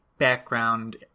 background